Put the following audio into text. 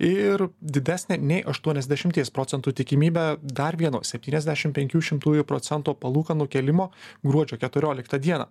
ir didesnė nei aštuoniasdešimties procentų tikimybę dar vieno septyniasdešim penkių šimtųjų procento palūkanų kėlimo gruodžio keturioliktą dieną